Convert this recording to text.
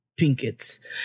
Pinkets